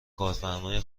کارفرمای